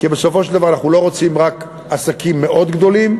כי בסופו של דבר אנחנו לא רוצים רק עסקים מאוד גדולים,